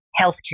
healthcare